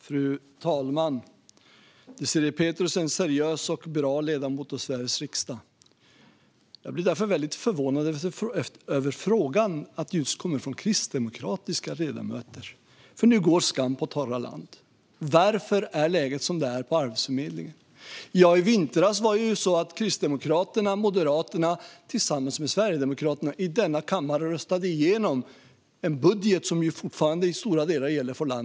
Fru talman! Désirée Pethrus är en seriös och bra ledamot av Sveriges riksdag. Därför blir jag väldigt förvånad över att frågan kommer just från en kristdemokratisk ledamot. Nu går nämligen skam på torra land. Varför är läget som det är på Arbetsförmedlingen? Jo, i vintras röstade Kristdemokraterna och Moderaterna tillsammans med Sverigedemokraterna i denna kammaren igenom en budget som fortfarande gäller i stora delar.